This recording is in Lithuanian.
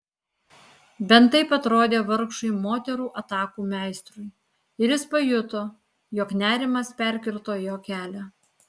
bent taip atrodė vargšui moterų atakų meistrui ir jis pajuto jog nerimas perkirto jo kelią